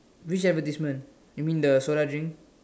which advertisement you mean the soda drink